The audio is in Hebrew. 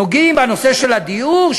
נוגעים בנושא של הדיור,